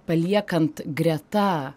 paliekant greta